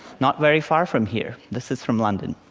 not very far from here. this is from london.